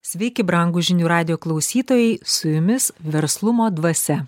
sveiki brangūs žinių radijo klausytojai su jumis verslumo dvasia